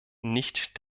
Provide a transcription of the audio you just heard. nicht